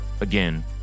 Again